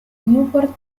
newport